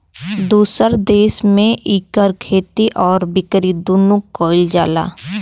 दुसर देस में इकर खेती आउर बिकरी दुन्नो कइल जाला